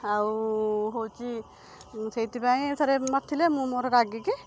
ଆଉ ହେଉଛି ସେଇଥିପାଇଁ ଥରେ ମାରିଥିଲେ ମୁଁ ମୋର ରାଗିକି